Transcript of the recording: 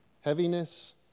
Heaviness